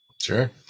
Sure